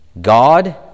God